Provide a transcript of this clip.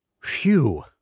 Phew